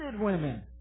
women